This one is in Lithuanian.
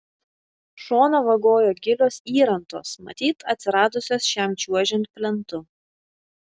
šoną vagojo gilios įrantos matyt atsiradusios šiam čiuožiant plentu